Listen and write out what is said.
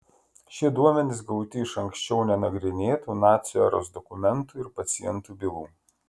šie duomenys gauti iš anksčiau nenagrinėtų nacių eros dokumentų ir pacientų bylų